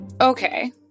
Okay